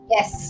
Yes